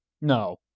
No